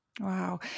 Wow